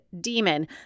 demon